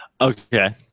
Okay